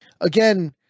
again